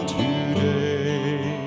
today